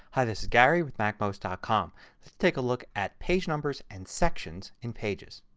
hi, this is gary with macmost ah com. let's take a look at page numbers and sections in pages.